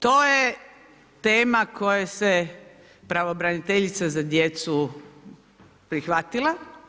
To je tema koje se pravobraniteljica za djecu prihvatila.